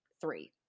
three